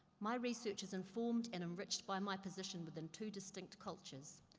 my research is informed and enriched by my position within two distinct cultures.